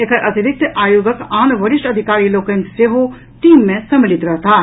एकर अतिरिक्त आयोगक आन वरिष्ठ अधिकारी लोकनि सेहो टीम मे सम्मिलित रहताह